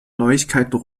neuigkeiten